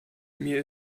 mir